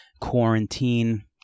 quarantine